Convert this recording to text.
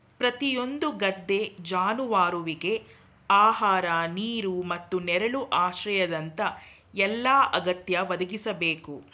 ಪ್ರತಿಯೊಂದು ಗದ್ದೆ ಜಾನುವಾರುವಿಗೆ ಆಹಾರ ನೀರು ಮತ್ತು ನೆರಳು ಆಶ್ರಯದಂತ ಎಲ್ಲಾ ಅಗತ್ಯ ಒದಗಿಸ್ಬೇಕು